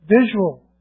visual